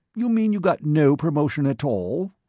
you mean you got no promotion at all?